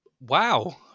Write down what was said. Wow